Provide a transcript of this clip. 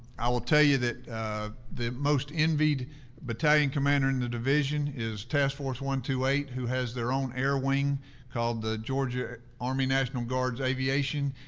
i will tell you that the most envied battalion commander in the division is task force one twenty eight, who has their own air wing called the georgia army national guard's aviation.